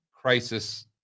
crisis